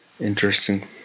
interesting